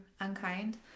unkind